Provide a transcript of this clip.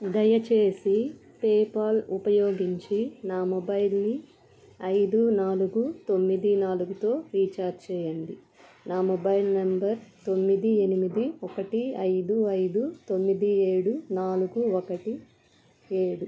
దయచేసి పేపాల్ ఉపయోగించి నా మొబైల్ని ఐదు నాలుగు తొమ్మిది నాలుగుతో రీఛార్జ్ చెయ్యండి నా మొబైల్ నంబర్ తొమ్మిది ఎనిమిది ఒకటి ఐదు ఐదు తొమ్మిది ఏడు నాలుగు ఒకటి ఏడు